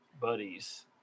Buddies